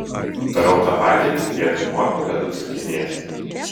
darau tą patį tik vietoj morkų dedu cukinijas